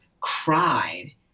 cried